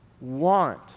want